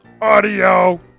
Audio